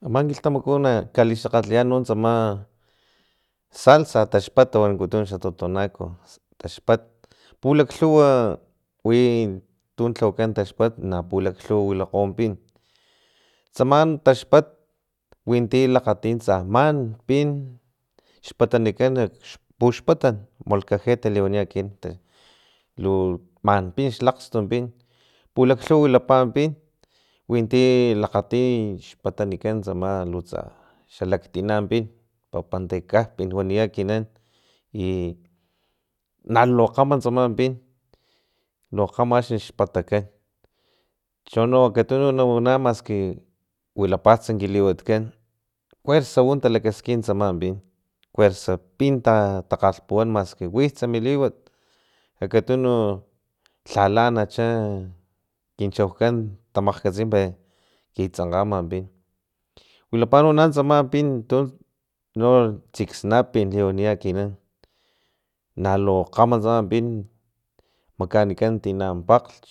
Ama kilhtamaku nak kalixakgatiyan no tsama salsa taxpat wankutun xa totonaco taxpat pulaklhuwa wi tu lhawakan taxpat na pulaklhuwa wilakgo pin tsama taxpat winti lakfati tsaman pin xpatanikan nak xpuxpatan molkajete taliwani ekinan lu man pin xlakst tu pin pulaklhuwa wilapa pin winti lakgatii xpatamikan tsama lutsa xalaktina pin papantekapin waniya ekinan i nalukgama tsama pin lu kgama axni xpatakan chono akatuno na wanamaski wilapats ki liwatkan kuersa u talakaskin tsamam pin kuersa pin ta takgalpuwan maski wits mi liwat akatuno lhala anacha kin chaukan tamakgkatsi per kitsankgama pin wilapano ma tsaman pin tu no tsiksnapin liwaniya ekinan nalu kgama tsama pin makaanikan tina pakglch